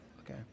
Okay